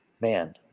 man